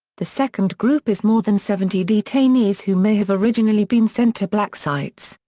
the second group is more than seventy detainees who may have originally been sent to black sites,